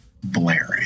blaring